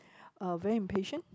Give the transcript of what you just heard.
uh very impatient